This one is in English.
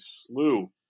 slew